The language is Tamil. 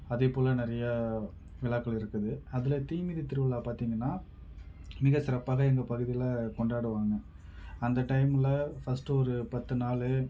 அதேப்போல நிறைய விழாக்கள் இருக்குது அதில் தீமிதி திருவிழா பார்த்தீங்கன்னா மிக சிறப்பாக எங்கள் பகுதியில் கொண்டாடுவாங்க அந்த டைமில் ஃபஸ்ட்டு ஒரு பத்து நாலு